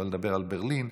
שלא לדבר על ברלין,